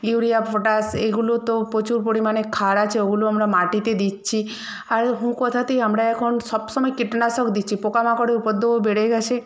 urea potash এগুলো তো প্রচুর পরিমাণে ক্ষার আছে ওগুলো আমরা মাটিতে দিচ্ছি আর হু কথাতেই আমরা এখন সবসময় কীটনাশক দিচ্ছি পোকামাকড়ের উপদ্রবও বেড়ে গিয়েছে